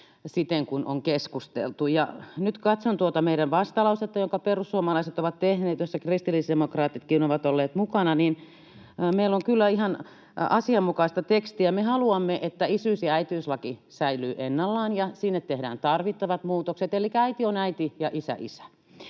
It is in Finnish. siten kuin on keskusteltu. Ja nyt katson tuota meidän vastalausetta, jonka perussuomalaiset ovat tehneet, jossa kristillisdemokraatitkin ovat olleet mukana, niin meillä on kyllä ihan asianmukaista tekstiä. Me haluamme, että isyys- ja äitiyslaki säilyvät ennallaan ja sinne tehdään tarvittavat muutokset, elikkä äiti on äiti ja isä on isä.